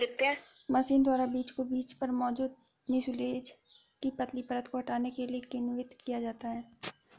machine द्वारा बीज को बीज पर मौजूद म्यूसिलेज की पतली परत को हटाने के लिए किण्वित किया जाता है